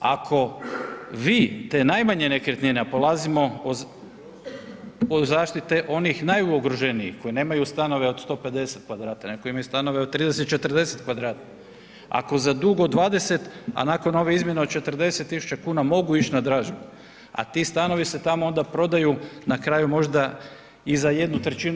Ako vi te najmanje nekretnine, a polazimo od zaštite onih najugroženijih koji nemaju stanove od 150 kvadrata, nego koji imaju stanove od 30, 40 kvadrata ako za dug od 20, a nakon ove izmjene od 40 tisuća kuna mogu ići na dražbu, a ti stanovi se onda tamo prodaju na kraju možda i za 1/